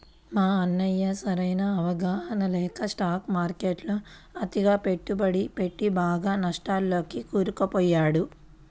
మా అన్నయ్య సరైన అవగాహన లేక స్టాక్ మార్కెట్టులో అతిగా పెట్టుబడి పెట్టి బాగా నష్టాల్లోకి కూరుకుపోయాడు